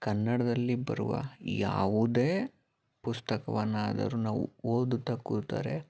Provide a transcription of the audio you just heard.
ಕನ್ನಡದಲ್ಲಿ ಬರುವ ಯಾವುದೇ ಪುಸ್ತಕವನ್ನಾದರು ನಾವು ಓದುತ್ತ ಕೂತರೆ